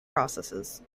processes